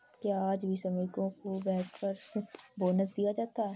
क्या आज भी श्रमिकों को बैंकर्स बोनस दिया जाता है?